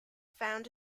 found